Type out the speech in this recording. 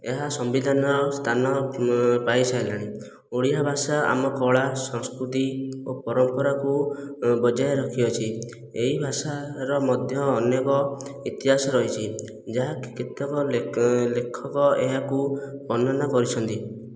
ଏହା ସମ୍ବିଧାନରେ ସ୍ଥାନ ପାଇସାରିଲାଣି ଓଡ଼ିଆ ଭାଷା ଆମ କଳା ସଂସ୍କୃତି ଓ ପରମ୍ପରାକୁ ବଜାୟ ରଖିଅଛି ଏଇ ଭାଷାର ମଧ୍ୟ ଅନେକ ଇତିହାସ ରହିଛି ଯାହାକି କେତେକ ଲେଖକ ଏହାକୁ ବର୍ଣ୍ଣନା କରିଛନ୍ତି